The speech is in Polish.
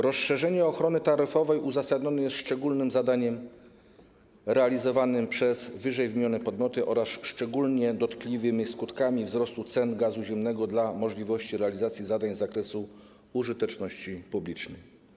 Rozszerzenie ochrony taryfowej uzasadnione jest szczególnymi zadaniami realizowanymi przez wymienione podmioty oraz szczególnie dotkliwymi skutkami wzrostu cen gazu ziemnego z punktu widzenia możliwości realizacji zadań z zakresu użyteczności publicznej.